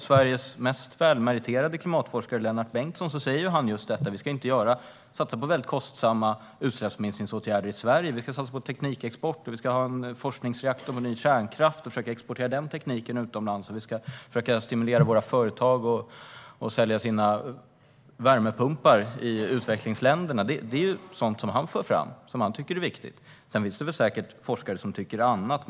Sveriges mest välmeriterade klimatforskare, Lennart Bengtsson, säger att vi inte kan satsa på kostsamma utsläppsminskningsåtgärder i Sverige. Vi ska satsa på teknikexport, och vi ska ha en forskningsreaktor med ny kärnkraft och försöka exportera den tekniken utomlands. Vi ska försöka stimulera våra företag att sälja sina värmepumpar i utvecklingsländerna. Det är sådant som han för fram och tycker är viktigt. Sedan finns det säkert forskare som tycker annorlunda.